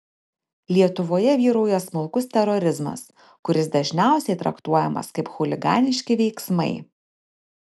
lietuvoje vyrauja smulkus terorizmas kuris dažniausiai traktuojamas kaip chuliganiški veiksmai